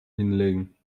hinlegen